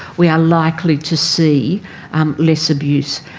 we are likely to see um less abuse.